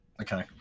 Okay